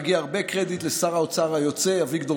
ומגיע הרבה קרדיט לשר האוצר היוצא אביגדור